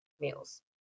meals